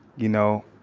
you know,